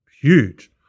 huge